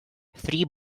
three